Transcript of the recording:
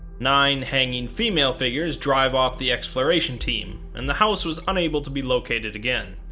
nine hanging female figures drive off the exploration team and the house was unable to be located again.